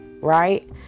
Right